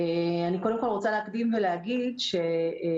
אני קודם כל רוצה להקדים ולהגיד שהרשות